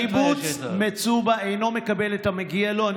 קיבוץ מצובה אינו מקבל את המגיע לו.